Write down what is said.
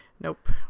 Nope